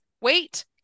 Wait